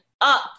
up